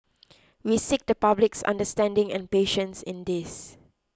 we seek the public's understanding and patience in this